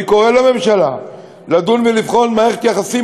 אני קורא לממשלה לדון ולבחון מערכת יחסים